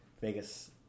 Vegas